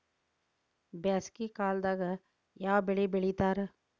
ಬ್ಯಾಸಗಿ ಕಾಲದಾಗ ಯಾವ ಬೆಳಿ ಬೆಳಿತಾರ?